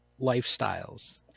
Lifestyles